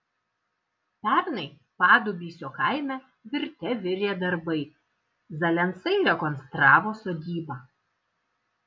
pernai padubysio kaime virte virė darbai zalensai rekonstravo sodybą